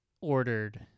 ordered